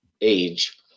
age